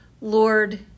Lord